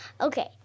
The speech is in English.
Okay